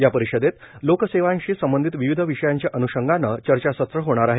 या परिषदेत लोकसेवांशी संबंधित विविध विषयांच्या अन्षंगाने चर्चासत्रे होणार आहेत